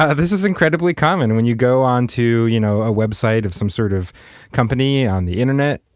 ah this is incredibly common when you go onto you know a website of some sort of company on the internet.